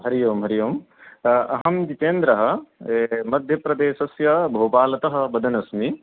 हरिः ओं हरिः ओम् अहं जितेन्द्रः मध्यप्रदेशस्य भोपालतः वदन्नस्मि